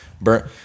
Burn